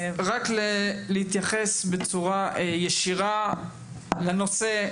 רק להתייחס בצורה ישירה לנושא,